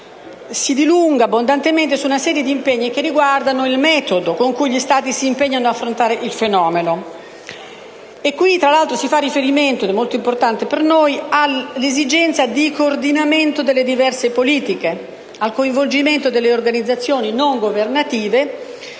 si dilunga abbondantemente su una serie di impegni che riguardano il metodo con cui gli Stati si impegnano ad affrontare il fenomeno. In questo caso, tra l'altro, si fa riferimento ‑ ed è molto importante per noi ‑ all'esigenza di coordinamento delle diverse politiche e al coinvolgimento delle organizzazioni non governative